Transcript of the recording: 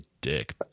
dick